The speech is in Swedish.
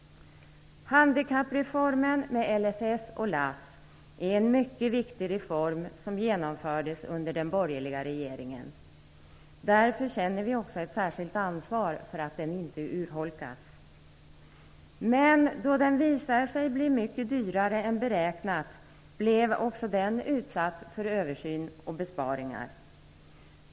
Handikappreformen med LSS och LASS är en mycket viktig reform som genomfördes under den borgerliga regeringen. Därför känner vi också ett särskilt ansvar för att den inte urholkas. Men då den visade sig bli mycket dyrare än beräknat, blev också den utsatt för översyn och besparingar.